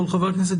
בעניין.